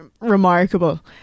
remarkable